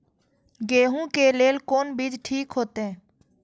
गेहूं के लेल कोन बीज ठीक होते?